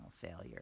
failure